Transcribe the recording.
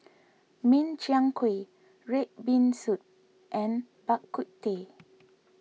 Min Chiang Kueh Red Bean Soup and Bak Kut Teh